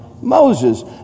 Moses